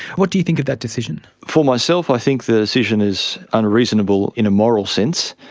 what do you think of that decision? for myself i think the decision is unreasonable in a moral sense.